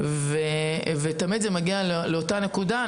וזה תמיד מגיע לאותה נקודה.